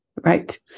Right